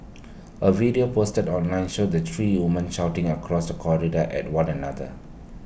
A video posted online showed the three women shouting across the corridor at one another